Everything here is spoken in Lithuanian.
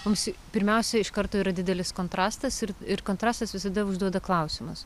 mums pirmiausia iš karto yra didelis kontrastas ir ir kontrastas visada užduoda klausimus